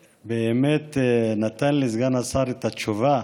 באמת נתן לי סגן השר את התשובה,